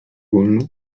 wolno